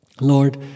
Lord